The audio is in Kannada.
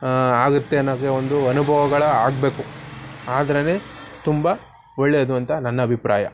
ಆಗುತ್ತೆ ಅನ್ನೋಕೆ ಒಂದು ಅನುಭವಗಳು ಆಗಬೇಕು ಆದ್ರೆನೇ ತುಂಬ ಒಳ್ಳೆಯದು ಅಂತ ನನ್ನ ಅಭಿಪ್ರಾಯ